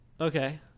Okay